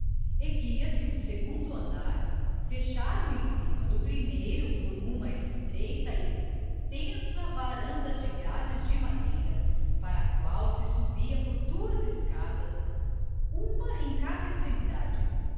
erguia-se um segundo andar fechado em cima do primeiro por uma estreita e extensa varanda de grades de madeira para a qual se subia por duas escadas uma em cada extremidade